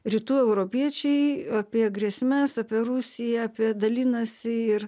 rytų europiečiai apie grėsmes apie rusiją apie dalinasi ir